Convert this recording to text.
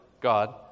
God